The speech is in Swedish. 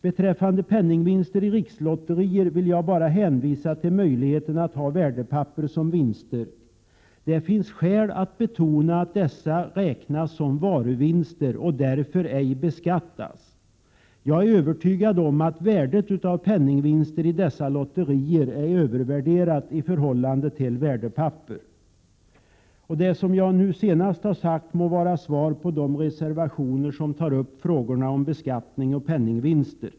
Beträffande penningvinster i rikslotterier vill jag bara hänvisa till möjligheten att ha värdepapper som vinster. Det finns skäl att betona att dessa räknas som varuvinster och därför ej beskattas. Jag är övertygad om att värdet av penningvinster i dessa lotterier är övervärderat i förhållande till värdepapper. Det som jag nu senast har sagt må vara svar på de reservationer som tar upp frågorna om beskattning och penningvinster.